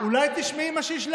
אולי תשמעי מה שיש,